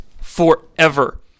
forever